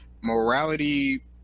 morality